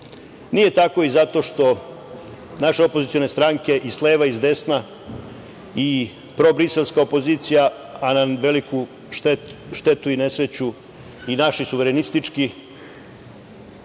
Nije tako i zato što naše opozicione stranke i s leva i s desna i probriselska opozicija, a na veliku štetu i nesreću i naše suverenističke